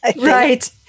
right